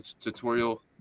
tutorial